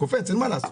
זה קופץ, מה אני אעשה?